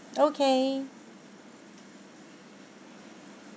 okay